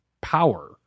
power